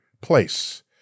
place